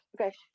okay